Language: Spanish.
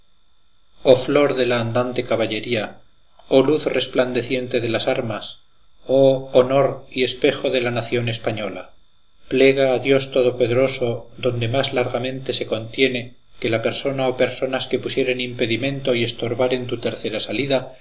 oh flor de la andante caballería oh luz resplandeciente de las armas oh honor y espejo de la nación española plega a dios todopoderoso donde más largamente se contiene que la persona o personas que pusieren impedimento y estorbaren tu tercera salida